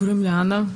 קוראים לי אנה.